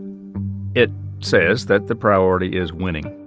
it says that the priority is winning